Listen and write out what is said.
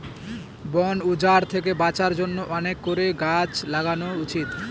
বন উজাড় থেকে বাঁচার জন্য অনেক করে গাছ লাগানো উচিত